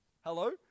Hello